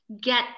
get